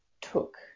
took